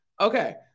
Okay